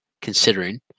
considering